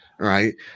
Right